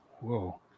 Whoa